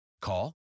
Call